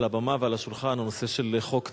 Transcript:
ועל השולחן, והוא הנושא של חוק טל.